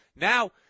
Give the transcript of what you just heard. Now